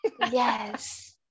yes